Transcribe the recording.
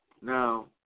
Now